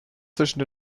zwischen